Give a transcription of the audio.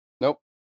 nope